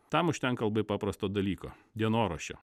tam užtenka labai paprasto dalyko dienoraščio